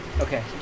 Okay